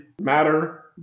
matter